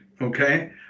okay